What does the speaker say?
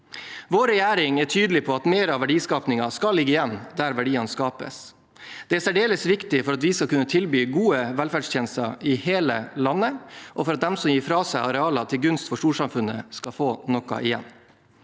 Vår regjering er tydelig på at mer av verdiskapingen skal ligge igjen der verdiene skapes. Det er særdeles viktig for at vi skal kunne tilby gode velferdstjenester i hele landet, og for at de som gir fra seg arealer til gunst for storsamfunnet, skal få noe igjen.